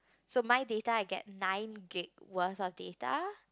so my data I get nine Gig worth of data